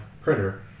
printer